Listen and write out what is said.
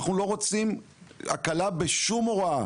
אנחנו לא רוצים הקלה בשום הוראה.